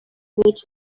which